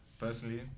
Personally